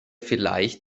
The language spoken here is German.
vielleicht